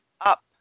up